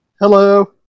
Hello